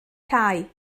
cau